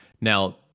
now